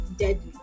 Deadly